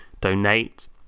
donate